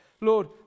Lord